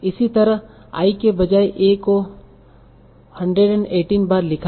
इसी तरह i के बजाय a को 118 बार लिखा गया था